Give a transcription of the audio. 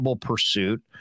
pursuit